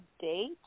date